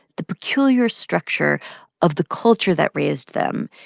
the peculiar structure of the culture that raised them.